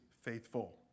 faithful